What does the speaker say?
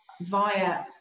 via